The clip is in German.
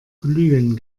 glühen